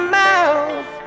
mouth